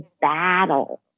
battle